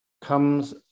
comes